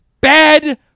bad